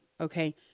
okay